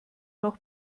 noch